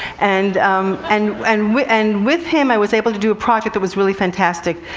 and um and and with and with him, i was able to do a project that was really fantastic.